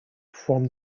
from